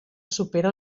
supera